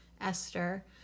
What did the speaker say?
Esther